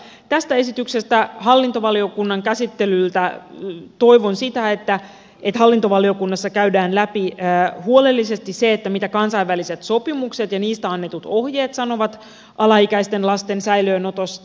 tämän esityksen hallintovaliokunnan käsittelyltä toivon sitä että hallintovaliokunnassa käydään läpi huolellisesti mitä kansainväliset sopimukset ja niistä annetut ohjeet sanovat alaikäisten lasten säilöönotosta